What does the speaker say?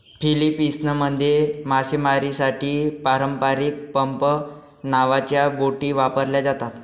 फिलीपिन्समध्ये मासेमारीसाठी पारंपारिक पंप नावाच्या बोटी वापरल्या जातात